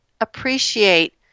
appreciate